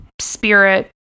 spirit